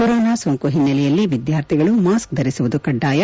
corona ಸೋಂಕು ಹಿನ್ನೆಲೆಯಲ್ಲಿ ವಿದ್ವಾರ್ಥಿಗಳು ಮಾಸ್ ಧರಿಸುವುದು ಕಡ್ಡಾಯ